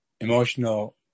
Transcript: Emotional